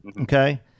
Okay